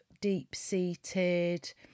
deep-seated